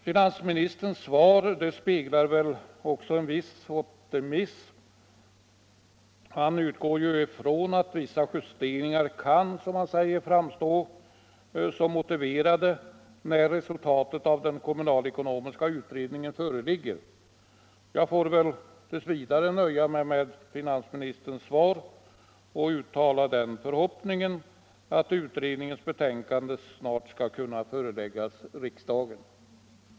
Finansministerns svar speglar väl också en viss optimism. Finansministern utgår ju ifrån att vissa justeringar kan, som han säger, framstå som motiverade när resultatet av den kommunalekonomiska utredningen föreligger. Jag får väl tills vidare nöja mig med finansministerns svar och uttala den förhoppningen att utredningens betänkande snart skall kunna föreläggas riksdagen.